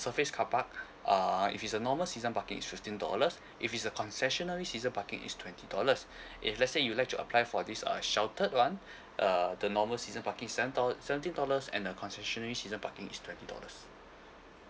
surface car park uh if it's a normal season parking is fifteen dollars if it's a concessionary season parking is twenty dollars if let say you would like to apply for this uh sheltered one err the normal season parking is seven dollar seventeen dollars and the concessionary season parking is twenty dollars